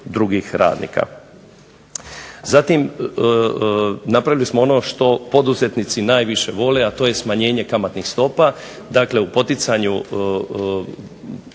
Zatim napravili smo ono što poduzetnici najviše vole, a to je smanjenje kamatnih stopa. Dakle, u poticanju